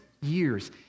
years